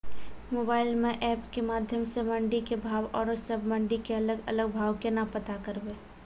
Mobile म app के माध्यम सऽ मंडी के भाव औरो सब मंडी के अलग अलग भाव केना पता करबै?